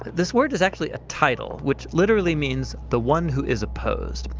this word is actually a title which literally means the one who is opposed.